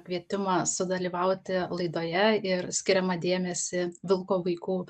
kvietimą sudalyvauti laidoje ir skiriamą dėmesį vilko vaikų